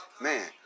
man